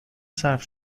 صرف